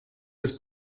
bis